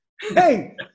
Hey